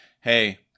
hey